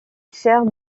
sert